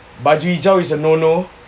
bungee jump is a no no